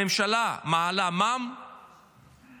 הממשלה מעלה את המע"מ ב-1%.